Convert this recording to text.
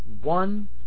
one